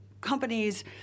companies